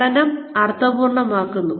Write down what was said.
പഠനം അർത്ഥപൂർണ്ണമാക്കുന്നു